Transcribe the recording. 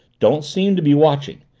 don't seem to be watching.